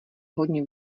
hodně